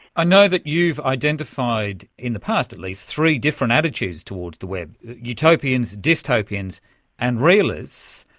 i know that you've identified in the past at least three different attitudes towards the web utopians, dystopians and realists.